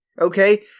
okay